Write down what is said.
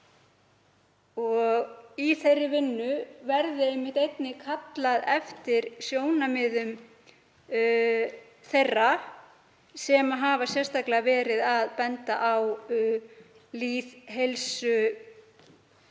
að í þeirri vinnu verði einmitt einnig kallað eftir sjónarmiðum þeirra sem hafa sérstaklega verið að benda á lýðheilsuhlutann